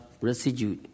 residue